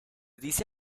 dice